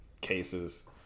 cases